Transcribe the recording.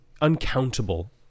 uncountable